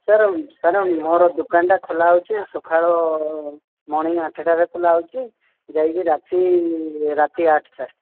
sir sir ମୋର ଦୋକାନଟା ଖୋଲା ହଉଛି ସକାଳ ମର୍ଣ୍ଣିଂ ଆଠଟାରେ ଖୋଲା ହେଉଛି ଯାଇକି ରାତି ରାତି ଆଠ ସାର୍